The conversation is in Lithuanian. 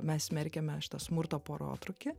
mes smerkiame šitą smurto porotrūkį